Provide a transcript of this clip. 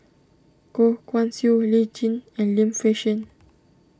Goh Guan Siew Lee Tjin and Lim Fei Shen